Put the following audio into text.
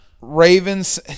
Ravens